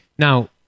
Now